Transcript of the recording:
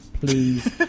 Please